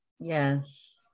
Yes